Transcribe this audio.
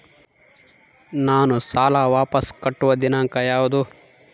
ನಾನು ಸಾಲ ವಾಪಸ್ ಕಟ್ಟುವ ದಿನಾಂಕ ಯಾವುದು?